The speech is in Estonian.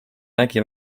nägi